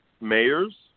mayors